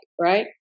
Right